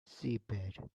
seabed